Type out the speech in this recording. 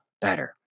better